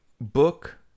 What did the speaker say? book